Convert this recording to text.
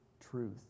truth